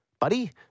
Buddy